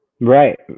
Right